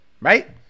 right